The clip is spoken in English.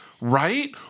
Right